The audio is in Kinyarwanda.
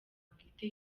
bwite